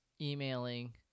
emailing